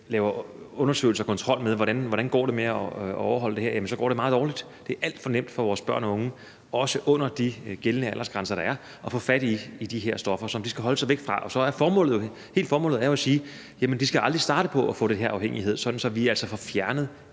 laver undersøgelser af og kontrol med, hvordan det går med at overholde det her, så går det meget dårligt. Det er alt for nemt for vores børn og unge, også under de gældende aldersgrænser, der er, at få fat i de her stoffer, som de skal holde sig væk fra. Hele formålet er jo at sige, at de aldrig skal starte med at få den her afhængighed, sådan at vi altså får fjernet